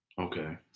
Okay